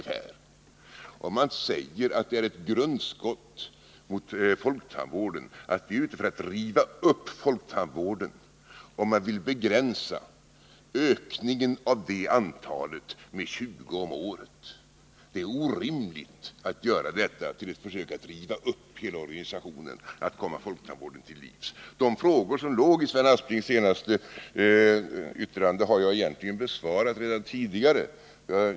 Herr Aspling säger att det är ett grundskott mot folktandvården och att vi är ute efter att riva upp den när vi vill begränsa ökningen av det antalet med 20 om året. Men det är orimligt att göra detta till ett försök att riva upp hela organisationen, att komma folktandvården till livs. De frågor som låg i Sven Asplings senaste anförande har jag egentligen besvarat redan tidigare.